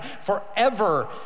Forever